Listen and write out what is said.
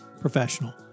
professional